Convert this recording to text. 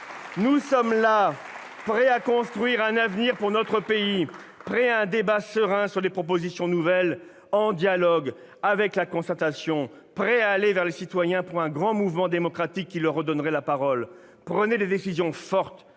Nous sommes là, prêts à construire un avenir pour notre pays, prêts à mener un débat serein sur des propositions nouvelles, dans le dialogue et la concertation, prêts à aller vers les citoyens pour un grand mouvement démocratique qui leur redonnerait la parole. Prenez des décisions fortes